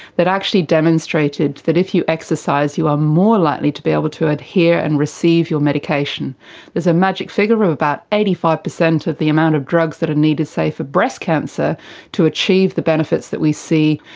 that actually demonstrated that if you exercise you are more likely to be able to adhere and receive your medication. there is a magic figure of about eighty five percent of the amount of drugs that are needed say for breast cancer to achieve the benefits that we see,